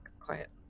quiet